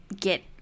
get